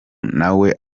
nawe